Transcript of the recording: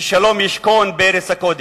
ששלום ישכון בארץ הקודש.